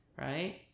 right